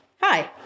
Hi